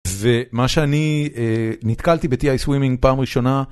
ומה שאני נתקלתי ב-ti-swimming פעם ראשונה